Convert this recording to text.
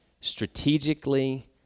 strategically